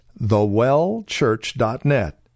thewellchurch.net